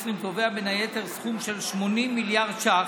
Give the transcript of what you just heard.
2020 קובע בין היתר סכום של 80 מיליארד שקלים,